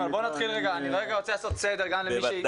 הם הראשונים.